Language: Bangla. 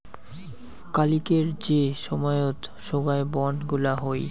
কালিকের যে সময়ত সোগায় বন্ড গুলা হই